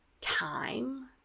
Time